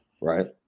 right